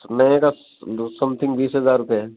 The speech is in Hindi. नए का सम्थिंग बीस हज़ार रुपये है